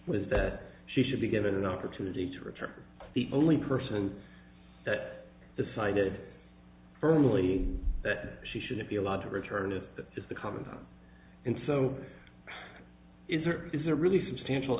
was that she should be given an opportunity to return the only person that decided firmly that she shouldn't be allowed to return to the commons and so is there is a really substantial